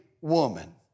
woman